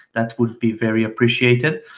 that would be very appreciated.